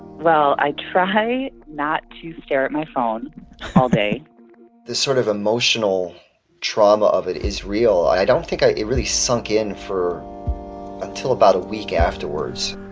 well, i try not to stare at my phone all day the sort of emotional trauma of it is real. i don't think it really sunk in for until about a week afterwards